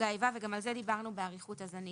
נפגעי האיבה וגם על זה דיברנו באריכות אז אני